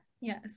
Yes